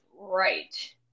right